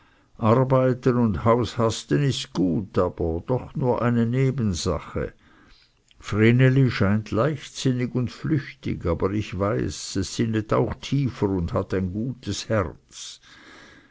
arbeiten und haushasten ist gut aber doch nur eine nebensache vreneli scheint leichtsinnig und flüchtig aber ich weiß es sinnet auch tiefer und hat ein gutes herz